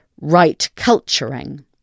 right-culturing